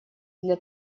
для